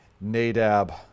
Nadab